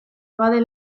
abade